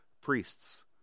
priests